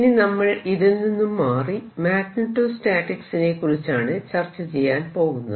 ഇനി നമ്മൾ ഇതിൽ നിന്നും മാറി മാഗ്നെറ്റോസ്റ്റാറ്റിക്സ് നെ കുറിച്ചാണ് ചർച്ച ചെയ്യാൻ പോകുന്നത്